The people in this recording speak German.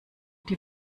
die